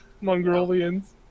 Mongolians